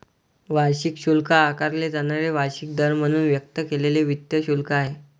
वार्षिक शुल्क आकारले जाणारे वार्षिक दर म्हणून व्यक्त केलेले वित्त शुल्क आहे